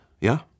yeah